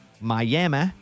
Miami